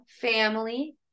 family